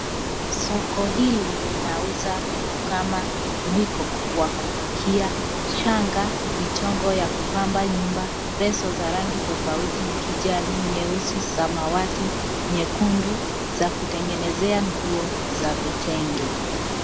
Soko hili linauza vitu kama mwiko wa kupikia, shanga, michongo ya kupamba nyumba, leso za rangi tofauti; kijani, nyeusi, samawati, nyekundu, za kutengenezea nguo za vitenge.